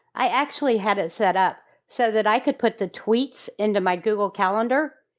i actually had it set up so that i could put the tweets into my google calendar,